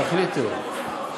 תחליטו.